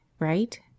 right